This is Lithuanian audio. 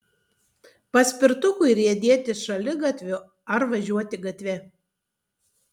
paspirtukui riedėti šaligatviu ar važiuoti gatve